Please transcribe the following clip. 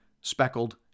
speckled